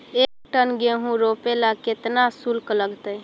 एक टन गेहूं रोपेला केतना शुल्क लगतई?